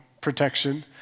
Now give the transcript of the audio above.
protection